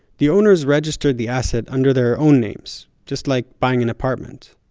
the owners registered the asset under their own names, just like buying an apartment.